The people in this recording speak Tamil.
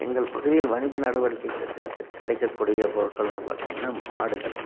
எங்கள் பகுதியில் வணிக நடவடிக்கை கிடைக்கக்கூடிய பொருட்கள்ன்னு பார்த்திங்கன்னா மாடுகள்